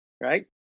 Right